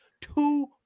two